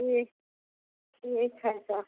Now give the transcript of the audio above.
ठीक ठीक है तऽ